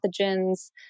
pathogens